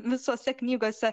visose knygose